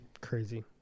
Crazy